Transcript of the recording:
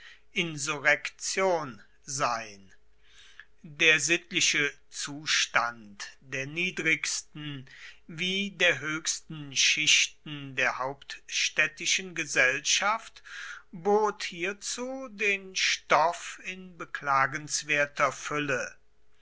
insurrektion sein der sittliche zustand der niedrigsten wie der höchsten schichten der hauptstädtischen gesellschaft bot hierzu den stoff in beklagenswerter fülle